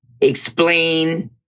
explain